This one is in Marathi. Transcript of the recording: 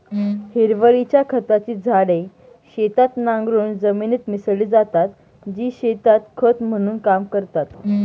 हिरवळीच्या खताची झाडे शेतात नांगरून जमिनीत मिसळली जातात, जी शेतात खत म्हणून काम करतात